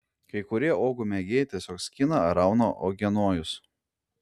kai kurie uogų mėgėjai tiesiog skina ar rauna uogienojus